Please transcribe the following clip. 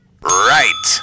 Right